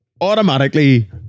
automatically